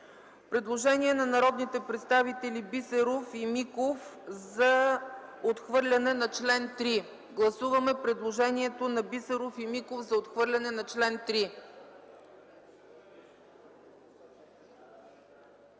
Предложение на народните представители Бисеров и Миков за отхвърляне на чл. 3. Гласуваме предложението на Бисеров и Миков за отхвърляне на чл. 3.